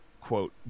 quote